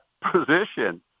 position